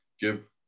give